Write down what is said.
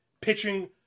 pitching